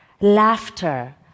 laughter